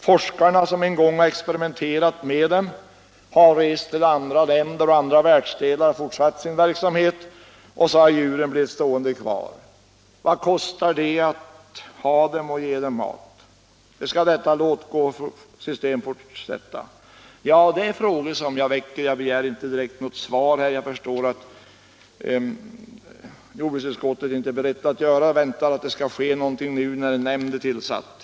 Forskarna som en gång experimenterat med dem har rest till andra länder och världsdelar och fortsatt sin verksamhet, och djuren har blivit lämnade kvar. Man frågar sig: Vad kostar det att hysa dem och att ge dem mat? Hur länge skall detta låt-gå-system få fortsätta? De frågor som jag här har väckt begär jag egentligen inte något svar på, eftersom jag förstår att jordbruksutskottet inte är berett att lämna något sådant med tanke på att en nämnd nu är tillsatt.